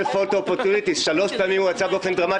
פוטו-אופ: שלוש פעמים הוא יצא באופן דרמטי.